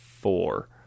four